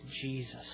Jesus